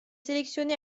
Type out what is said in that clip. sélectionné